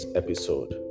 episode